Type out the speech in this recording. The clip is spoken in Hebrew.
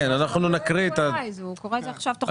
הוא קורא את זה עכשיו תוך כדי תנועה.